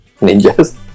Ninjas